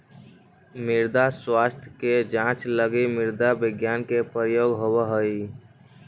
मृदा स्वास्थ्य के जांच लगी मृदा विज्ञान के प्रयोग होवऽ हइ